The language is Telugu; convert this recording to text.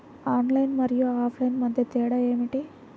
ఆన్లైన్ మరియు ఆఫ్లైన్ మధ్య తేడా ఏమిటీ?